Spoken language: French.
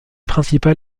principale